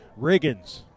Riggins